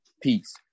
Peace